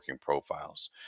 profiles